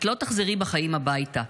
את לא תחזרי בחיים הביתה.